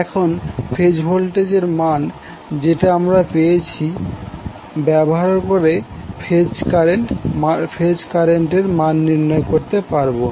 এখন ফেজ ভোল্টেজের মান যেটা আমরা পেয়েছি ব্যবহার করে ফেজ কারেন্টের মান নির্ণয় করতে পারবো